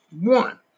One